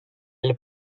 elle